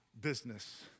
business